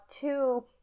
two